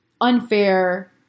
unfair